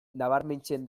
nabarmentzen